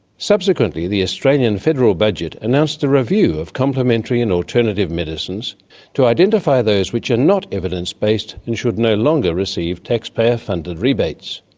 subsequently the australian federal budget announced a review of complementary and alternative medicines to identify those which are not evidence-based and should no longer receive taxpayer funded rebates.